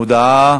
הודעה